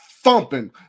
thumping